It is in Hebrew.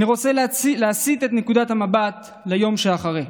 אני רוצה להסיט את נקודת המבט ליום שאחרי,